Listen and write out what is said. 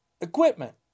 equipment